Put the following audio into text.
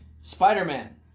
Spider-Man